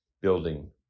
building